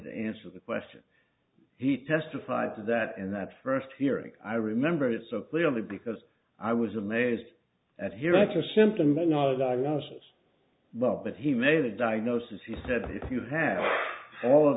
to answer the question he testified to that in that first hearing i remember it so clearly because i was amazed at here it's a symptom i know that i was well but he made a diagnosis he said if you have all